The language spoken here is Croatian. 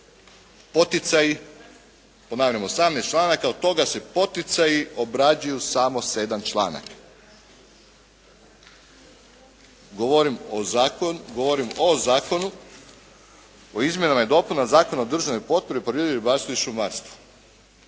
poticaji, ponavljam, 18 članaka od toga se poticaji obrađuju samo 7 članaka. Govorim o zakonu, o Izmjenama i dopunama Zakona o državnoj potpori u poljoprivredi, ribarstvu i šumarstvu.